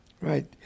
Right